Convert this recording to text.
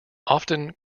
often